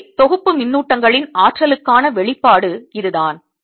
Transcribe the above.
எனவே தொகுப்பு மின்னூட்டங்களின் ஆற்றலுக்கான வெளிப்பாடு இதுதான்